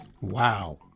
Wow